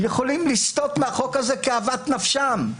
יכולים לסטות מהחוק הזה כאוות נפשם.